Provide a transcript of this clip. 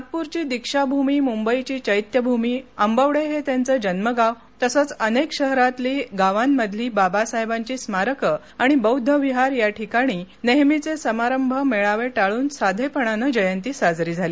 नागप्रस्ची दीक्षाभूमी मुंबईची चैत्यभूमी आंबवडे हे त्यांच जन्मगाव तसंच अनेक शहरातली गावामधली बाबासाहेबांची स्मारक आणि बौद्धविहार याठिकाणी नेहमीचे समारंभ मेळावे टाळून साधेपणानं जयंती साजरी झाली